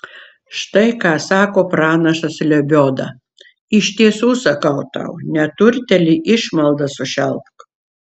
štai ką sako pranašas lebioda iš tiesų sakau tau neturtėlį išmalda sušelpk